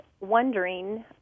wondering